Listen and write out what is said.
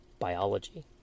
biology